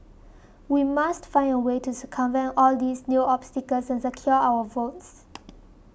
we must find a way to circumvent all these new obstacles and secure our votes